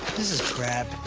this is crap.